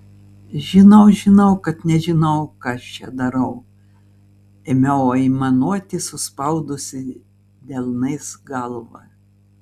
žinau žinau kad nežinau ką aš čia darau ėmiau aimanuoti suspaudusi delnais galvą